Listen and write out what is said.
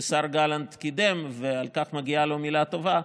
שהשר גלנט קידם, ועל כך מגיעה לו מילה טובה,